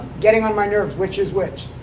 getting on my nerves, which is which.